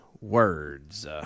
words